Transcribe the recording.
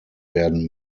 werden